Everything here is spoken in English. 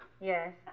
Yes